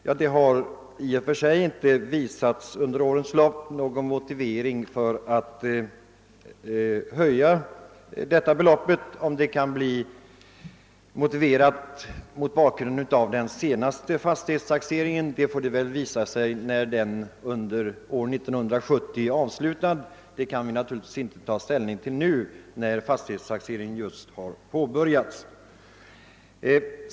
Ja, det har i och för sig inte under årens lopp påvisats något motiv för att höja detta belopp. Om det blir befogat mot bakgrunden av den senaste fastighetstaxeringen får väl visa sig sedan den avslutats under 1970. Det kan vi naturligtvis inte ta ställning till nu när fastighetstaxeringen just är påbörjad.